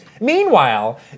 Meanwhile